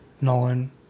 Nolan